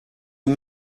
are